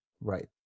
right